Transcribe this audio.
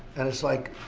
and it's like,